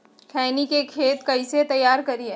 खैनी के खेत कइसे तैयार करिए?